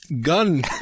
gun